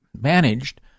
managed